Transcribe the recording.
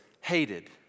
hated